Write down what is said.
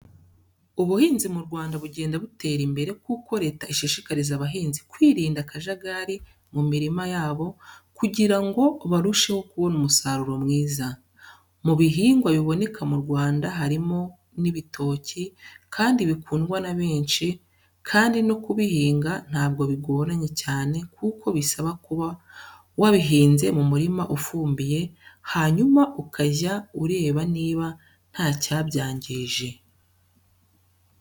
Ubuhinzi mu Rwanda bugenda butera imbere kuko leta ishishikariza abahinzi kwirinda akajagari mu mirima yabo kugira ngo barusheho kubona umusaruro mwiza. Mu bihingwa biboneka mu Rwanda harimo n'ibitoki kandi bikundwa na benshi kandi no kubihinga ntabwo bigoranye cyane kuko bisaba kuba wabihinze mu murima ufumbiye hanyuma ukajya ureba niba ntacyabyangije.